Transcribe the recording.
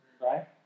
Right